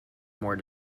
more